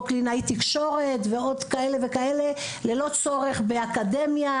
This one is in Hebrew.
קלינאי תקשורת ועוד כאלה וכאלה ללא צורך באקדמיה,